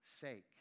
sake